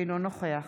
אינו נוכח